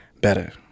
better